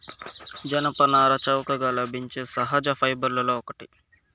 జనపనార చౌకగా లభించే సహజ ఫైబర్లలో ఒకటి